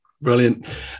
Brilliant